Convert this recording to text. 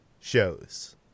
shows